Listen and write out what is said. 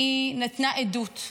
נתנה עדות,